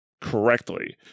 correctly